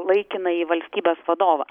laikinąjį valstybės vadovą